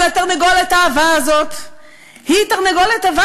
אבל התרנגולת העבה הזאת היא תרנגולת עבה